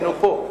היינו פה.